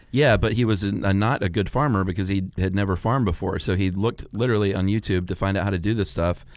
yeah but he was ah not a good farmer because he had never farmed before so he looked literally on youtube to find out how to do this stuff.